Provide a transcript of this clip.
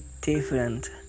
different